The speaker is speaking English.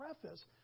preface